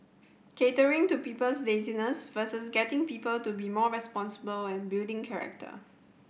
catering to people's laziness versus getting people to be more responsible and building character